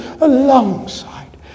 alongside